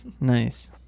Nice